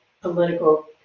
political